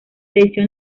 edición